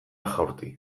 jaurti